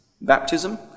baptism